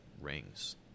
rings